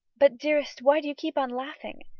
but, dearest, why do you keep on laughing?